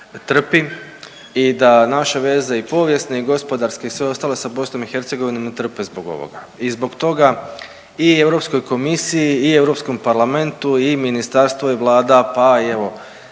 trpi i da naše veze i povijesne i gospodarske i sve ostale sa BiH ne trpe zbog ovoga. I zbog toga i Europskoj komisiji i Europskom parlamentu i ministarstvo i Vlada pa i evo